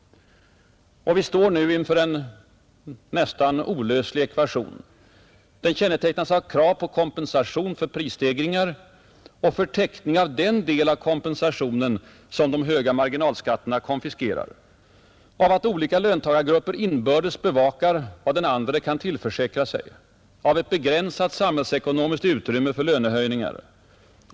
Vi står nu inför en nästan olöslig ekvation. Den kännetecknas av krav på kompensation för prisstegringar och på täckning av den del av kompensationen som de höga marginalskatterna konfiskerar; av att olika löntagargrupper inbördes bevakar vad andra kan tillförsäkra sig; av ett begränsat samhällsekonomiskt utrymme för lönehöjningar.